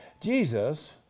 Jesus